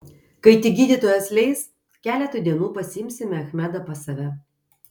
kai tik gydytojas leis keletui dienų pasiimsime achmedą pas save